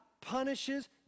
punishes